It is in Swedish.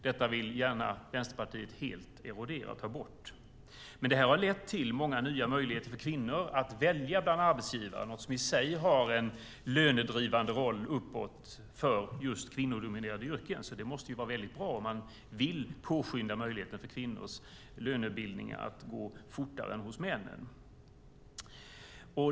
Det här vill Vänsterpartiet gärna helt erodera och ta bort, trots att det har lett till många möjligheter för kvinnor att välja bland arbetsgivare, något som i sig har en löneuppdrivande roll för kvinnodominerade yrken. Detta måste alltså vara väldigt bra om man vill öka möjligheterna för kvinnors lönebildning att gå fortare än männens.